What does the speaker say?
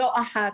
לא אחת,